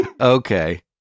Okay